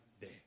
day